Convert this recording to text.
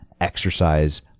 exercise